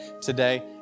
today